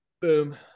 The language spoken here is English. Boom